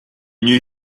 knew